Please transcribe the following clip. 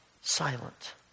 silent